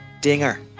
Dinger